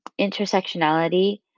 Intersectionality